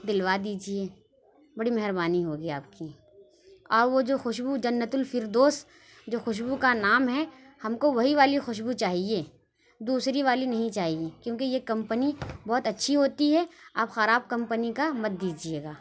دلوا دیجیے بڑی مہربانی ہوگی آپ کی اور وہ جو خوشبو جنت الفردوس جو خوشبو کا نام ہے ہم کو وہی والی خوشبو چاہیے دوسری والی نہیں چاہیے کیونکہ یہ کمپنی بہت اچھی ہوتی ہے آپ خراب کمپنی کا مت دیجیے گا